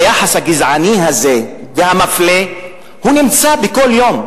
היחס הגזעני הזה והמפלה נמצא כל יום,